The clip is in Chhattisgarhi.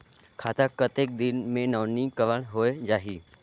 खाता कतेक दिन मे नवीनीकरण होए जाहि??